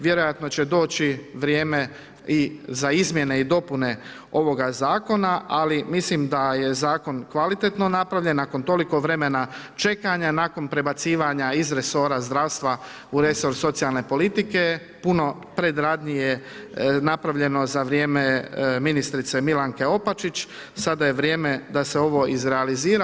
Vjerojatno će doći vrijeme i za izmjene i dopune ovoga Zakona, ali mislim da je Zakon kvalitetno napravljen nakon toliko vremena čekanja, nakon prebacivanja iz resora zdravstva u resor socijalne politike, puno predradnji je napravljeno za vrijeme ministrice Milanke Opačić, sada je vrijeme da se ovo izrealizira.